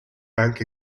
bank